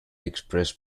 express